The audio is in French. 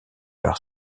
par